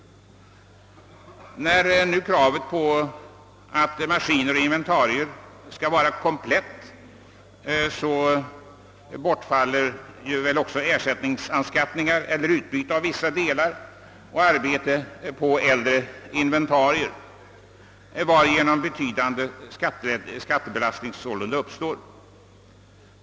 När det nu krävs att maskiner och inventarier skall vara kompletta bortfaller också ersättningsanskaffningar eller utbyte av vissa delar och arbete på äldre inventarier, varigenom en betydande skattebelastning uppstår.